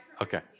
Okay